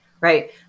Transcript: right